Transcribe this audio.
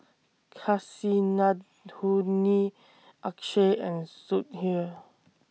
Kasinadhuni Akshay and Sudhir